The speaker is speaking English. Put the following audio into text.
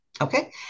Okay